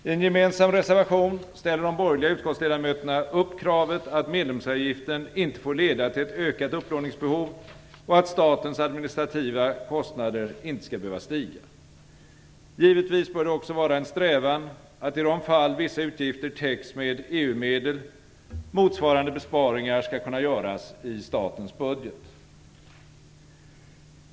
I en gemensam reservation ställer de borgerliga utskottsledamöterna upp kravet att medlemsavgiften inte får leda till ett ökat upplåningsbehov och att statens administrativa kostnader inte skall behöva stiga. Givetvis bör det också vara en strävan att i de fall vissa utgifter täcks med EU-medel, motsvarande besparingar skall kunna göras i statens budget.